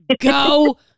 go